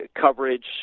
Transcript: coverage